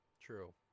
True